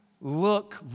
look